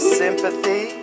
sympathy